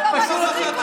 זה לא מצחיק אותי.